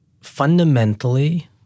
fundamentally